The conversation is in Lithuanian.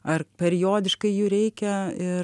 ar periodiškai jų reikia ir